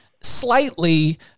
slightly